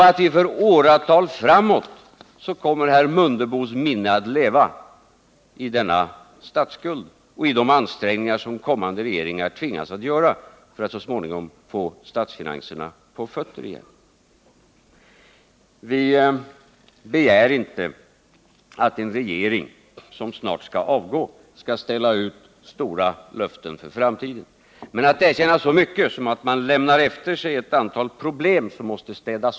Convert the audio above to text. Herr Mundebos minne kommer för åratal framöver att leva i denna statsskuld och i de ansträngningar som kommande regeringar tvingas att göra för att så småningom få statsfinanserna på fötterna igen. Jag begär inte att en regering som snart skall avgå skall ställa ut stora löften för framtiden. Men herr Mundebo kunde ha erkänt att man lämnar efter sig ett antal problem som måste lösas.